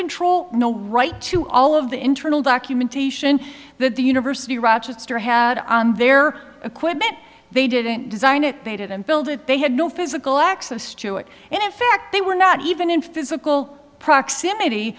control no right to all of the internal documentation that the university of rochester had on their equipment they didn't design it they didn't build it they had no physical access to it and effect they were not even in physical proximity